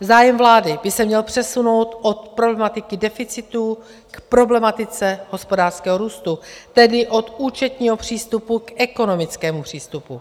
Zájem vlády by se měl přesunout od problematiky deficitu k problematice hospodářského růstu, tedy od účetního přístupu k ekonomickému přístupu.